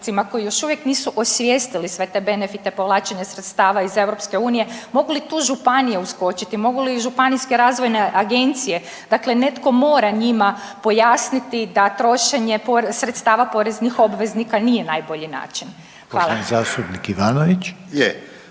koji još uvijek nisu osvijestili ste te benefite povlačenja sredstava iz EU, mogu li tu županije uskočiti, mogu li županijske razvojne agencije, dakle netko mora njima pojasniti da trošenje sredstava poreznih obveznika nije najbolji način. Hvala.